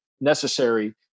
necessary